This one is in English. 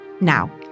Now